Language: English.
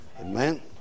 Amen